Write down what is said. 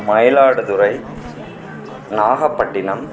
Mayiladuthurai Nagapattinam